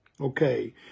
Okay